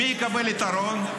מי יקבל יתרון?